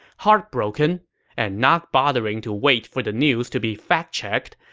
heartbroken and not bothering to wait for the news to be fact-checked,